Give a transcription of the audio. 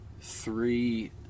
three